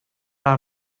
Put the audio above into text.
are